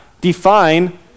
define